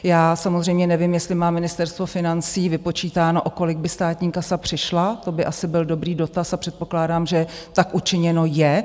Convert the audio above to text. Já samozřejmě nevím, jestli má Ministerstvo financí vypočítáno, o kolik by státní kasa přišla, to by asi byl dobrý dotaz a předpokládám, že tak učiněno je.